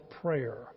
prayer